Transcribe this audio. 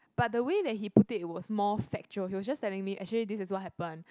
but the way that he put it was more factual actually this was what happen